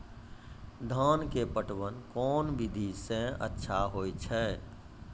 धान के पटवन कोन विधि सै अच्छा होय छै?